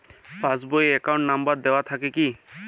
Pass বই এ account number দেওয়া থাকে কি?